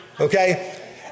okay